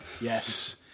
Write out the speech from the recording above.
Yes